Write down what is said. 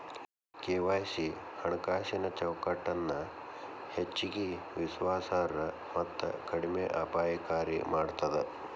KYC ಹಣಕಾಸಿನ್ ಚೌಕಟ್ಟನ ಹೆಚ್ಚಗಿ ವಿಶ್ವಾಸಾರ್ಹ ಮತ್ತ ಕಡಿಮೆ ಅಪಾಯಕಾರಿ ಮಾಡ್ತದ